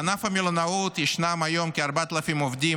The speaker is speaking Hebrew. בענף המלונאות ישנם היום כ-4,000 עובדים